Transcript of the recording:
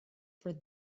for